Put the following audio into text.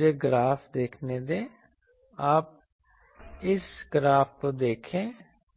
मुझे ग्राफ़ देखने देआप इस ग्राफ़ को देखें